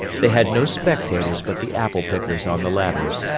they had no spectators but the apple-pickers on the ladders.